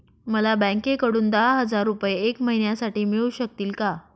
मला बँकेकडून दहा हजार रुपये एक महिन्यांसाठी मिळू शकतील का?